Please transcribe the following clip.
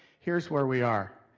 here's where we are.